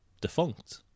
defunct